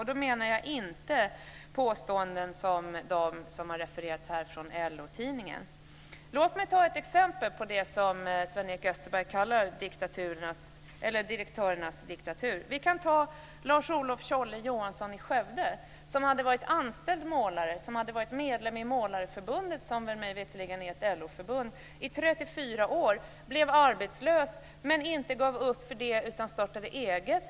Och då menar jag inte påståenden som dem som har refererats här från Låt mig ta ett exempel på det som Sven-Erik Österberg kallar direktörernas diktatur. Vi kan ta Lars Olof "Tjolle" Johansson i Skövde. Han hade varit anställd målare och medlem i Målarförbundet, som mig veterligen är ett LO-förbund, i 34 år. Han blev arbetslös men gav inte upp för det utan startade eget.